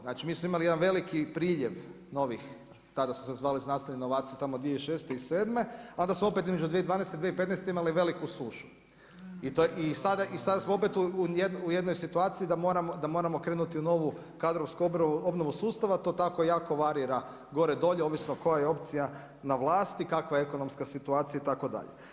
Znači, mi smo imali jedan veliki priljev novih tada su se zvali znanstveni novaci tamo 2006. i 7., a onda su opet između 2012. i 2015. imali veliku sušu i sada smo opet u jednoj situaciji da moramo krenuti u novu kadrovsku obnovu sustava, to tako jako varira gore-dolje ovisno koja je opcija na vlasti, kakva je ekonomska situacija itd.